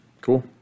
cool